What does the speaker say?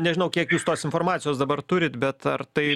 nežinau kiek jūs tos informacijos dabar turit bet ar tai